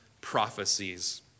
prophecies